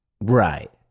Right